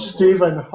Stephen